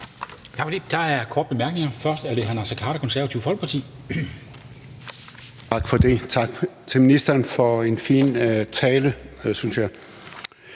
Tak for det. Der er korte bemærkninger. Først er det hr. Naser Khader, Konservative Folkeparti. Kl. 20:15 Naser Khader (KF): Tak for det. Tak til ministeren for en fin tale, synes jeg.